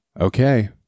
Okay